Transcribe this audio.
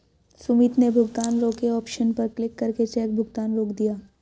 सुमित ने भुगतान रोके ऑप्शन पर क्लिक करके चेक भुगतान रोक दिया